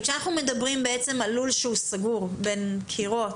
כשאנחנו מדברים על לול שהוא סגור בין קירות,